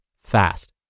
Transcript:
fast